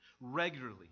regularly